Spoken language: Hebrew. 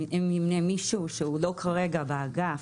אם נמנה מישהו שלא נמצא כרגע באגף,